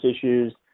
issues